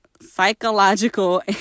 psychological